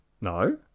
No